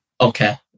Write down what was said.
okay